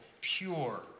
pure